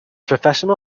professional